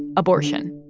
abortion.